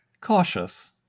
cautious